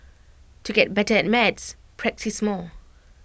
to get better at maths practise more